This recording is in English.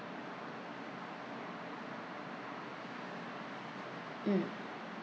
mm